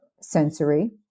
sensory